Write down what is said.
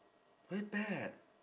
very bad